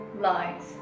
lies